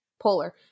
polar